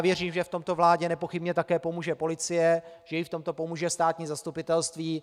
Věřím, že v tomto vládě nepochybně také pomůže policie, že jí v tom pomůže státní zastupitelství.